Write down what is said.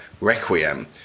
Requiem